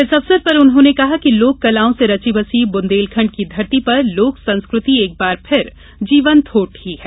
इस अवसर पर उन्होंने कहा कि लोक कलाओं से रची बसी बुंदेलखंड की धरती पर लोक संस्कृति एक बार फिर जीवंत हो उठी है